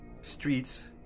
streets